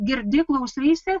girdi klausaisi